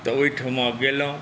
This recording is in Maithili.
तऽ ओहिठमा गेलहुँ